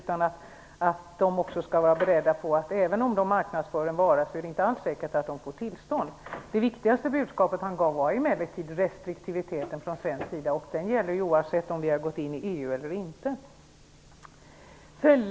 De skall också vara beredda på att även om de marknadsför en vara är det inte alls säkert att de får tillstånd att exportera. Det viktigaste budskapet som gavs var emellertid restriktiviteten från svensk sida. Den gäller oavsett om vi har gått in i EU eller inte.